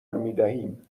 میدهیم